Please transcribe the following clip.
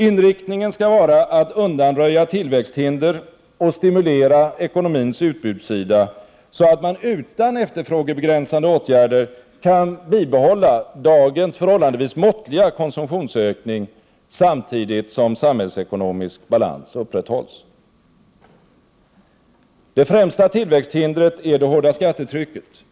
Inriktningen skall vara att undanröja tillväxthinder och stimulera ekonomins utbudssida, så att man utan efterfrågebegränsande åtgärder kan bibehålla dagens förhållandevis måttliga konsumtionsökning samtidigt som samhällsekonomisk balans upprätthålls. Det främsta tillväxthindret är det hårda skattetrycket.